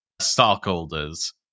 stockholders